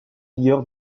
vigueur